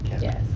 Yes